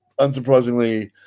unsurprisingly